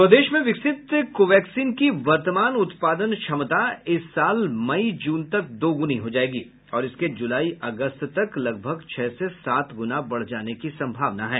स्वदेश में विकसित कोवैक्सिन की वर्तमान उत्पादन क्षमता इस साल मई जून तक दोगुनी हो जाएगी और इसके जुलाई अगस्त तक लगभग छह से सात गुना बढ़ जाने की संभावना है